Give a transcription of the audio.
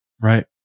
Right